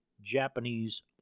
Japanese